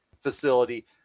facility